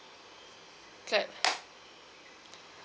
clap